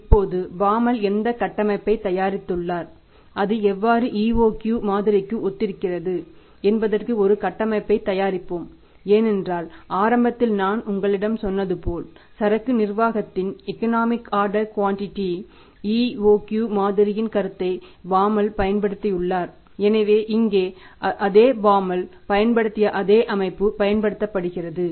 இப்போது பாமால் பயன்படுத்திய அதே அமைப்பு பயன்படுத்தப்படுகிறது